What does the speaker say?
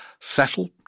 Settle